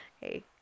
Hey